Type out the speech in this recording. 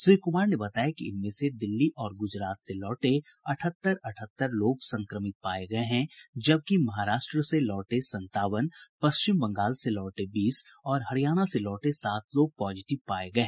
श्री कुमार ने बताया कि इनमें से दिल्ली और गुजरात से लौटे अठहत्तर अठहत्तर लोग संक्रमित पाये गये हैं जबकि महाराष्ट्र से लौटे संतावन पश्चिम बंगाल से लौटे बीस और हरियाणा से लौटे सात लोग पॉजिटिव पाये गये